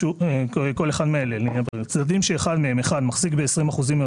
כל אחד מאלה מחזיק ב-20 אחוזים או